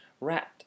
wrapped